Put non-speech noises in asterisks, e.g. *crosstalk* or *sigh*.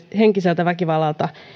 *unintelligible* ja henkiseltä väkivallalta